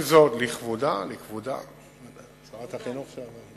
לכבודה, לכבודה- דגש בכ"ף?